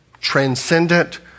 transcendent